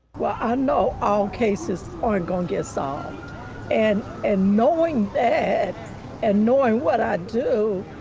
well, i know all cases aren't gonna get solved and and knowing that and knowing what i do,